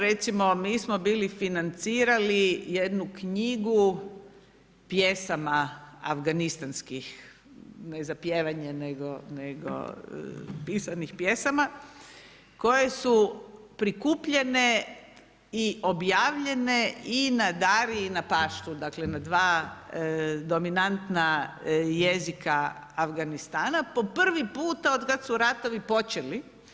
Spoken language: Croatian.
Recimo mi smo bili financirali jednu knjigu pjesama afganistanskih, ne za pjevanje nego pisanih pjesama, koje su prikupljene i objavljene i na dari i na paštu, dakle, na dva dominantna jezika Afganistana, po prvi puta od kad su ratovi počeli.